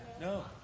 No